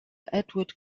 edward